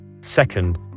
Second